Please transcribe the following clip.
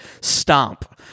stomp